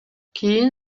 кийин